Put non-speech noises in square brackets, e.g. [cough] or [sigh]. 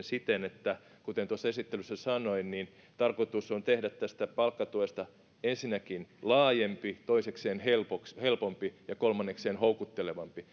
[unintelligible] siten että kuten tuossa esittelyssä sanoin niin tarkoitus on tehdä tästä palkkatuesta ensinnäkin laajempi toisekseen helpompi helpompi ja kolmannekseen houkuttelevampi [unintelligible]